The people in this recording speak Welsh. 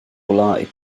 gwelyau